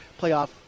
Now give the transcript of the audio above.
playoff